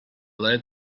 late